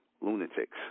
lunatics